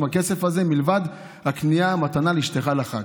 הכסף הזה מלבד קניית המתנה לאשתך לחג.